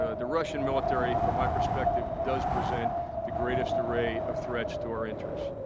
ah the russian military, from my perspective, does present the greatest array of threats to our interests.